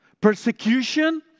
Persecution